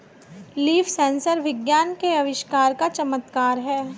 leaf sensor विज्ञान के आविष्कार का चमत्कार है